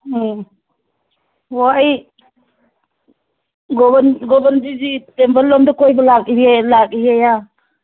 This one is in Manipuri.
ꯑ ꯑꯣ ꯑꯩ ꯒꯣꯕꯤꯟꯗꯖꯤ ꯇꯦꯝꯄꯜꯂꯣꯝꯗ ꯀꯣꯏꯕ ꯂꯥꯛꯏꯌꯦ